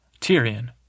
Tyrion